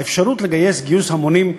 האפשרות לגייס גיוס המונים,